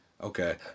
Okay